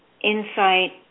insight